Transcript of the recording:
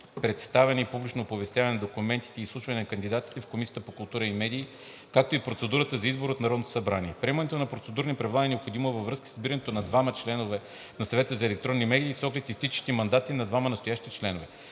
представяне и публично оповестяване на документите и изслушване на кандидатите в Комисията по културата и медиите, както и процедурата за избор от Народното събрание. Приемането на процедурни правила е необходимо във връзка с избирането на двама членове на Съвета за електронни медии с оглед изтичащи мандати на двама настоящи членове.